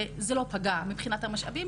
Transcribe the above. וזה לא פגע מבחינת המשאבים.